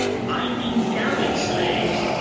binding galley-slaves.